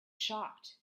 shocked